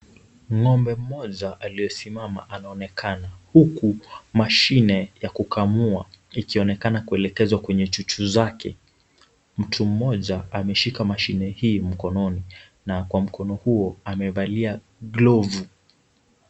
Ng'ombe mmoja aliyesimama anaonekana, huku mashine ya kukamua ikionekana kuelekezwa kwenye chuchu zake. Mtu mmoja ameshika mashine hii mkononi, na kwa mkono huo amevalia glovu.